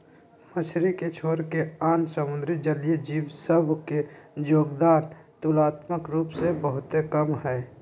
मछरी के छोरके आन समुद्री जलीय जीव सभ के जोगदान तुलनात्मक रूप से बहुते कम हइ